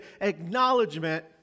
acknowledgement